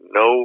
no